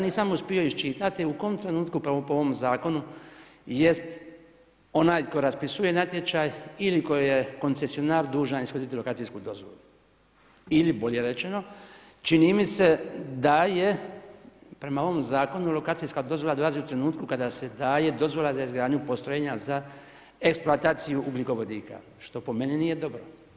nisam uspio iščitati u kom trenutku po ovom zakonu jest onaj tko raspisuje natječaj ili koji je koncesionar dužan ishoditi lokacijsku dozvolu ili bolje rečeno čini mi se da je prema ovom zakonu lokacijska dozvola dolazi u trenutku kada se daje dozvola za izgradnju postrojenja za eksploataciju ugljikovodika što po meni nije dobro.